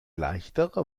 leichtere